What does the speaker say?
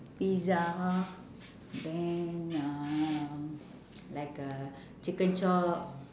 pizza then um like uh chicken chop